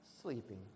Sleeping